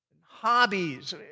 hobbies